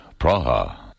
Praha